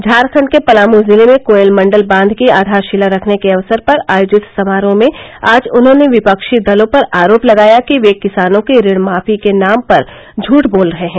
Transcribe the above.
झारखंड के पलामू जिले में कोयल मण्डल बांध की आधारशिला रखने के अवसर पर आयोजित समारोह में आज उन्होंने विपक्षी दलों पर आरोप लगाया कि वे किसानों की ऋण माफी के नाम पर झूठ बोल रहे हैं